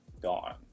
gone